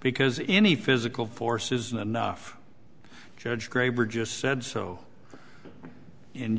because any physical force isn't enough judge graber just said so